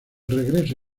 regreso